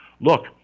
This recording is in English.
Look